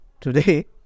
Today